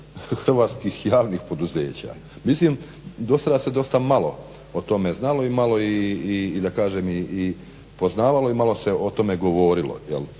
hrvatskih javnih poduzeća. Mislim do sada se dosta malo o tome znalo i malo i da kažem i poznavalo i malo se o tome govorilo.